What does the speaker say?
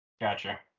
Gotcha